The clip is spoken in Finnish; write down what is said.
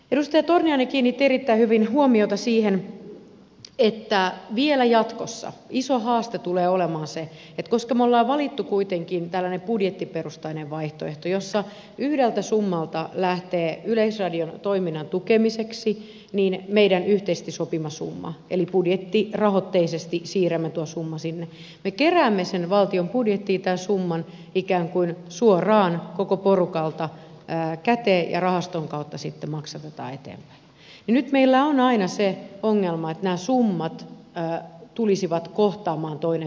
edustaja torniainen kiinnitti erittäin hyvin huomiota siihen että jatkossa iso haaste tulee olemaan vielä se että koska me olemme valinneet kuitenkin tällaisen budjettiperustaisen vaihtoehdon jossa yhdeltä summalta lähtee yleisradion toiminnan tukemiseksi meidän yhteisesti sopima summa eli budjettirahoitteisesti siirrämme tuon summan sinne me keräämme tämän summan valtion budjettiin ikään kuin suoraan koko porukalta käteen ja rahaston kautta sitten maksatetaan eteenpäin niin nyt meillä on aina se ongelma että nämä summat tulisivat kohtaamaan toinen toistaan